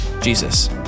Jesus